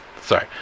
Sorry